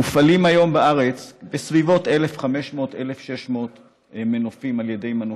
מופעלים היום בארץ בסביבות 1,500 1,600 מנופים על ידי מנופאים.